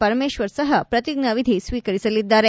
ಪರಮೇಶ್ವರ್ ಸಪ ಪ್ರತಿಜ್ಞಾನಿಧಿ ಸ್ವೀಕರಿಸಲಿದ್ದಾರೆ